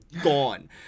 gone